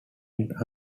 event